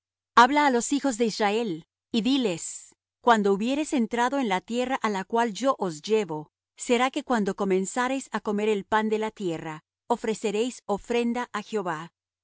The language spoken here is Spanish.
habla á los hijos de israel y diles cuando hubiereis entrado en la tierra á la cual yo os llevo será que cuando comenzareis á comer el pan de la tierra ofreceréis ofrenda á jehová